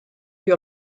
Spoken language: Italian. più